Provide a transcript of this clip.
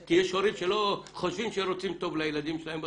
כי יש הורים שלא חושבים שרוצים טוב לילדים שלהם.